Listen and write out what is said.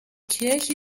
kirche